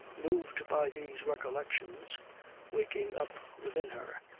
moved by these recollections waking up within her,